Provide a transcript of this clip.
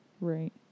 Right